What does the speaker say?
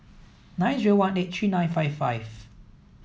nine zero one eight three nine five five